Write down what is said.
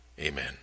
Amen